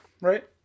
right